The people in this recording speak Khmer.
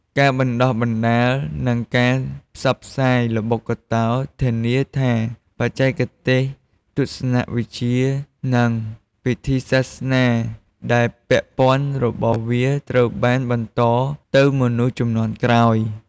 ការបណ្តុះបណ្តាល និងការផ្សព្វផ្សាយល្បុក្កតោធានាថាបច្ចេកទេស ទស្សនវិជ្ជា និងពិធីសាសនាដែលពាក់ព័ន្ធរបស់វាត្រូវបានបន្តទៅមនុស្សជំនាន់ក្រោយ។